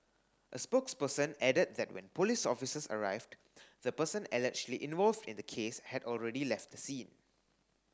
a spokesperson added that when police officers arrived the person allegedly involved in the case had already left the scene